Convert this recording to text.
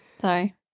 sorry